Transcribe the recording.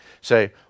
say